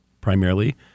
primarily